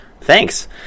thanks